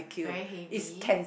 very heavy